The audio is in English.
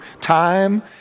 time